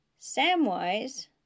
Samwise